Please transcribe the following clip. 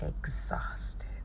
exhausted